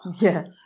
Yes